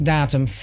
Datum